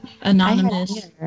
Anonymous